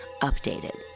Updated